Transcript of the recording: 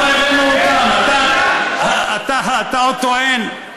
אתם הבאתם לשם.